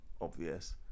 obvious